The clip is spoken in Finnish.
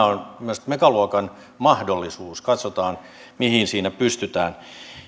on myös megaluokan mahdollisuus katsotaan mihin siinä pystytään